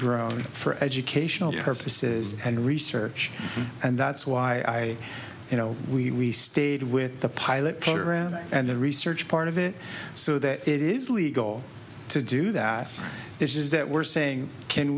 grown for educational purposes and research and that's why you know we we stayed with the pilot program and the research part of it so that it is legal to do that is that we're saying can